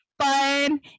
fun